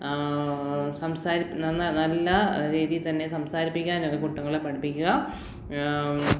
നല്ല രീതിയില് തന്നെ സംസാരിപ്പിക്കാനൊക്കെ കുട്ടികളെ പഠിപ്പിക്കുക